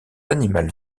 animales